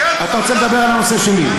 כן, או שאתה רוצה לדבר על הנושא שלי?